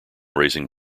raising